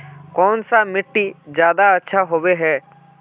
कौन सा मिट्टी ज्यादा अच्छा होबे है?